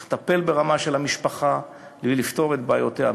צריך לטפל ברמה של המשפחה ולפתור את בעיותיה,